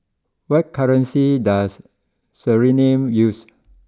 what currency does Suriname use